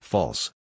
False